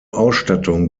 ausstattung